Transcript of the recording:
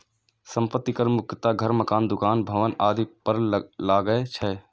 संपत्ति कर मुख्यतः घर, मकान, दुकान, भवन आदि पर लागै छै